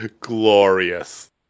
Glorious